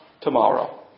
tomorrow